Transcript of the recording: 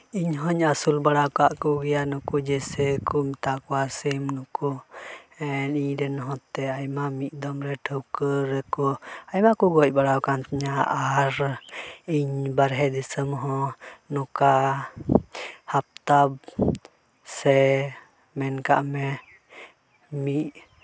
ᱤᱧ ᱦᱚᱧ ᱟᱹᱥᱩᱞ ᱵᱟᱲᱟ ᱟᱠᱟᱫ ᱠᱚᱜᱮᱭᱟ ᱱᱩᱠᱩ ᱡᱮᱭᱥᱮ ᱠᱚ ᱢᱮᱛᱟ ᱠᱚᱣᱟ ᱥᱤᱢ ᱱᱩᱠᱩ ᱤᱧᱨᱮᱱ ᱦᱚᱛᱮ ᱟᱭᱢᱟ ᱢᱤᱫ ᱫᱚᱢ ᱨᱮ ᱴᱷᱟᱹᱶᱠᱟᱹ ᱨᱮᱠᱚ ᱟᱭᱢᱟ ᱠᱚ ᱜᱚᱡ ᱵᱟᱲᱟ ᱟᱠᱟᱱ ᱛᱤᱧᱟᱹ ᱟᱨ ᱤᱧ ᱵᱟᱦᱨᱮ ᱫᱤᱥᱚᱢ ᱦᱚᱸ ᱱᱚᱝᱠᱟ ᱦᱟᱯᱛᱟ ᱥᱮ ᱢᱮᱱ ᱠᱟᱜ ᱢᱮ ᱢᱤᱫ